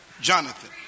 Jonathan